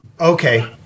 Okay